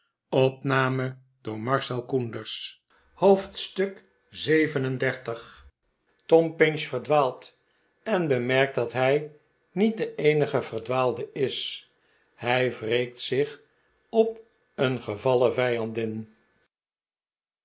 hoofdstuk xxxvii tom pinch verdwaalt en bemerkt dat hi niet de eenige verdwaalde is hij wreekt zich op een gevallen vijandin